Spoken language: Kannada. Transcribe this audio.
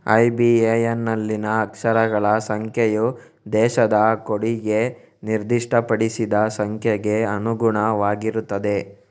ಐ.ಬಿ.ಎ.ಎನ್ ನಲ್ಲಿನ ಅಕ್ಷರಗಳ ಸಂಖ್ಯೆಯು ದೇಶದ ಕೋಡಿಗೆ ನಿರ್ದಿಷ್ಟಪಡಿಸಿದ ಸಂಖ್ಯೆಗೆ ಅನುಗುಣವಾಗಿರುತ್ತದೆ